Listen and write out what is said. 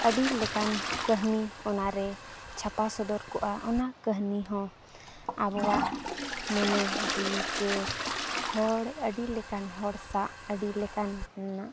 ᱟᱹᱰᱤ ᱞᱮᱠᱟᱱ ᱠᱟᱹᱦᱱᱤ ᱚᱱᱟᱨᱮ ᱪᱷᱟᱯᱟ ᱥᱚᱫᱚᱨ ᱠᱚᱜᱼᱟ ᱚᱱᱟ ᱠᱟᱹᱦᱱᱤ ᱦᱚᱸ ᱟᱵᱚᱣᱟᱜ ᱢᱚᱱᱮᱼᱡᱤᱣᱤ ᱪᱮ ᱦᱚᱲ ᱟᱹᱰᱤ ᱞᱮᱠᱟᱱ ᱦᱚᱲ ᱥᱟᱶ ᱟᱹᱰᱤ ᱞᱮᱠᱟᱱᱟᱜ